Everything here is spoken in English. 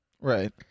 Right